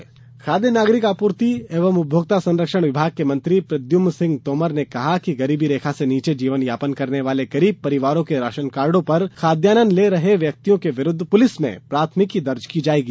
ration कार्यवाही खादय नागरिक आपूर्ति एवं उपभोक्ता संरक्षण विभाग के मंत्री प्रद्यम्न सिंह तोमर ने कहा कि गरीबी रेखा के नीचे जीवन यापन करने वाले गरीब परिवारों के राशनकार्डों पर खाद्यान्न ले रहे व्यक्तियों के विरूद्व पुलिस में प्राथमिकी दर्ज कराई जाएगी